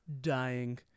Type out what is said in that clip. dying